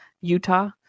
Utah